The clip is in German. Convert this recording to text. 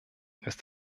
ist